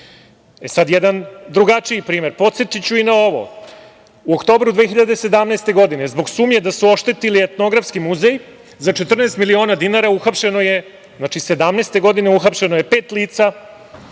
niko. Sada jedan drugačiji primer, podsetiću i na ovo, u oktobru 2017. godine, zbog sumnje da su oštetili Etnografski muzej, za 14 miliona dinara, uhapšeno je, 2017. godine, pet lica